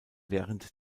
während